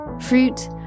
Fruit